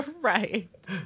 Right